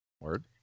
word